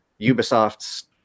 Ubisoft's